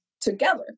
together